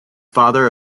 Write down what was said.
father